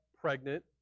pregnant